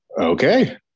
okay